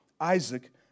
Isaac